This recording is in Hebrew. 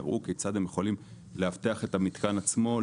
יראו כיצד הם יכולים לאבטח את המתקן עצמו,